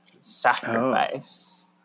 sacrifice